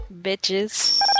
bitches